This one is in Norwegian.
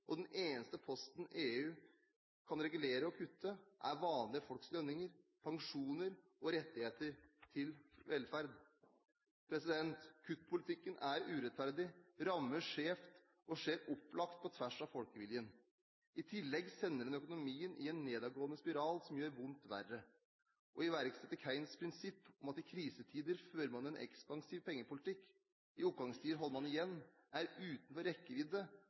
og den eneste posten EU kan regulere og kutte, er vanlige folks lønninger, pensjoner og rettigheter til velferd. Kuttpolitikken er urettferdig, rammer skjevt og skjer opplagt på tvers av folkeviljen. I tillegg sender den økonomien inn i en nedadgående spiral som gjør vondt verre. Å iverksette Keynes’ prinsipp om at i krisetider fører man en ekspansiv pengepolitikk, i oppgangstider holder man igjen, er utenfor rekkevidde